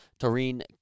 Toreen